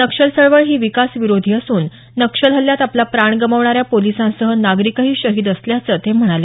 नक्षल चळवळ ही विकास विरोधी असून नक्षल हल्ल्यात आपला प्राण गमावणाऱ्या पोलिसांसह नागरिकही शहीद असल्याचं ते म्हणाले